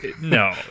No